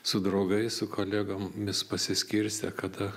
su draugais su kolegomis pasiskirstę kada